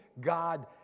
God